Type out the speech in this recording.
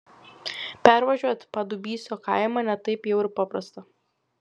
pervažiuot padubysio kaimą ne taip jau ir paprasta